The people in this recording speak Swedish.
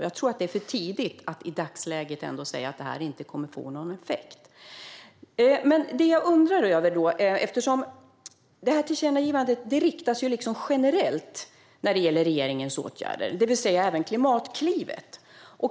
Jag tror att det är för tidigt att i dagsläget säga att det här inte kommer att få någon effekt. Det här tillkännagivandet riktas generellt när det gäller regeringens åtgärder. Då undrar jag över Klimatklivet.